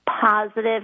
Positive